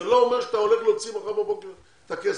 זה לא אומר שאתה הולך להוציא מחר בבוקר את הכסף,